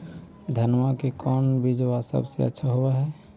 धनमा के कौन बिजबा सबसे अच्छा होव है?